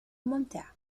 ممتع